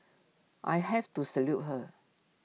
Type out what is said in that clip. I have to salute her